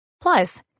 Plus